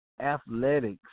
Athletics